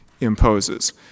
imposes